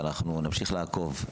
ואנחנו נמשיך לעקוב.